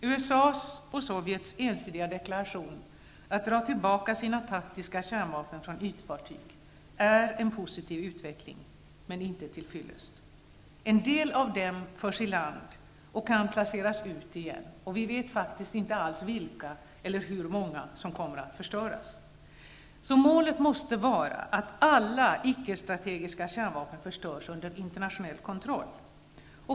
USA:s och Sovjets ensidiga deklaration att dra tillbaka sina taktiska kärnvapen från ytfartyg är en positiv utveckling, men inte till fyllest. En del av dem förs i land och kan placeras ut igen, och vi vet faktiskt inte alls vilka eller hur många som kommer att förstöras. Målet måste vara att alla ickestrategiska kärnvapen förstörs under internationell kontroll.